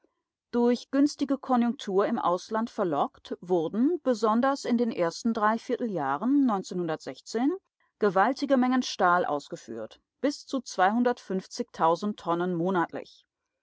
durch günstige konjunktur im ausland verlockt wurden besonders in den ersten drei vierteljahren gewaltige mengen stahl ausgeführt bis zu tonnen monatlich